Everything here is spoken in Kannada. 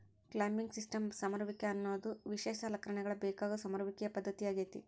ಕ್ಲೈಂಬಿಂಗ್ ಸಿಸ್ಟಮ್ಸ್ ಸಮರುವಿಕೆ ಅನ್ನೋದು ವಿಶೇಷ ಸಲಕರಣೆಗಳ ಬೇಕಾಗೋ ಸಮರುವಿಕೆಯ ಪದ್ದತಿಯಾಗೇತಿ